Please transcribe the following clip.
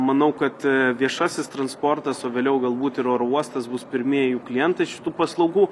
manau kad viešasis transportas o vėliau galbūt ir oro uostas bus pirmieji jų klientai šitų paslaugų